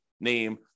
name